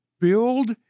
build